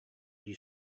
дии